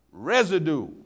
Residue